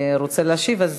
רוצה להשיב.